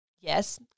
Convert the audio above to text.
Yes